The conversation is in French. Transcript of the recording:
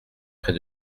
près